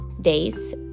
days